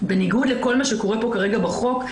בניגוד לכל מה שקורה כרגע בחוק,